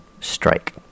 Strike